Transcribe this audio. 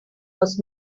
was